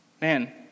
Man